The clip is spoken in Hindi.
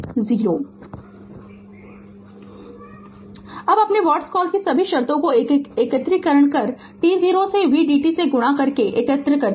Refer Slide Time 2047 अब अपने Whatcall की सभी शर्तों को एकीकरण t 0 से v dt से गुणा करके एकत्र करें